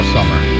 Summer